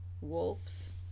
wolves